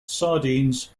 sardines